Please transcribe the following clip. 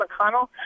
McConnell